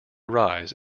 rise